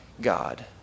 God